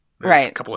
right